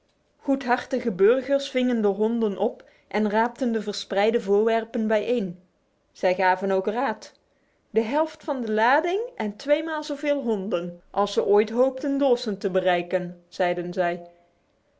goedhartige burgers vingen de honden op en raapten de verspreide voorwerpen bijeen zij gaven ook raad de helft van de lading en tweemaal zoveel honden als ze ooit hoopten dawson te bereiken zeiden zij